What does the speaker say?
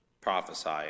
prophesy